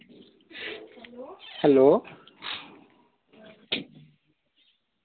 hello